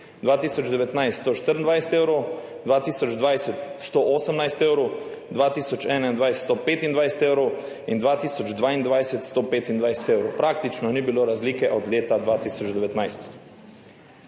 2019 124 evrov, 2020 118 evrov, 2021 125 evrov in 2022 125 evrov. Praktično ni bilo razlike od leta 2019.